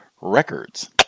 records